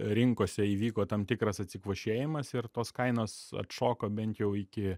rinkose įvyko tam tikras atsikvošėjimas ir tos kainos atšoko bent jau iki